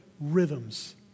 rhythms